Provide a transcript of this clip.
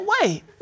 wait